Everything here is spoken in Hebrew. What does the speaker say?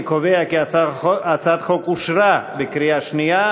אני קובע כי הצעת החוק התקבלה בקריאה שנייה.